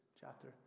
chapter